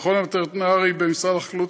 המכון הווטרינרי במשרד החקלאות,